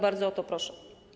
Bardzo o to proszę.